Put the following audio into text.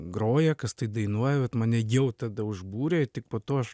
groja kas tai dainuoja bet mane jau tada užbūrė tik po to aš